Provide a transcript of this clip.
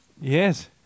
Yes